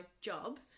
job